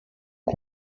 aux